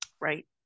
Right